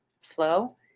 flow